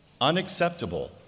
unacceptable